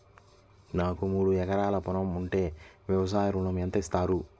నాకు మూడు ఎకరాలు పొలం ఉంటే వ్యవసాయ ఋణం ఎంత ఇస్తారు?